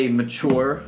mature